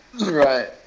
Right